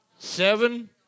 Seven